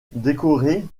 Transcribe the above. décorées